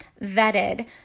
vetted